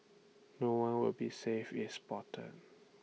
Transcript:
no one will be safe if spotted